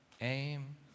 aim